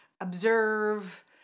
observe